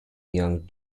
young